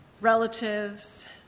relatives